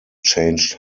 changed